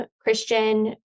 Christian